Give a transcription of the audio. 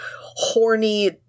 horny